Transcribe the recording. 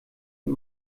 und